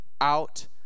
out